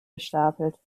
gestapelt